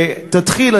תתחיל,